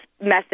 message